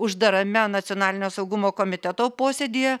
uždarame nacionalinio saugumo komiteto posėdyje